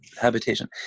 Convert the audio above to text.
habitation